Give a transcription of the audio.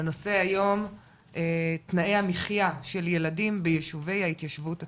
הנושא היום תנאי המחייה של ילדים ביישובי ההתיישבות הצעירה.